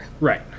Right